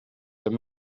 wenn